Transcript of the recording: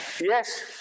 Yes